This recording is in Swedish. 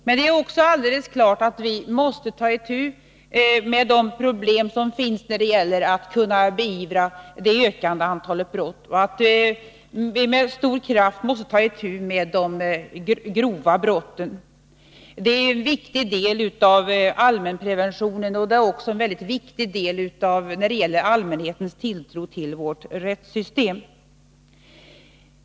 Men det är också alldeles klart att vi måste ta itu med de problem som finns när det gäller att kunna beivra det ökande antalet brott och att vi med stor kraft måste ta itu med de grova brotten. Det är en viktig del av allmänpreventionen, och det är även mycket viktigt när det gäller allmänhetens tilltro till vårt rättssystem.